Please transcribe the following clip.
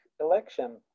election